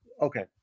okay